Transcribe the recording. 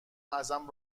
ازم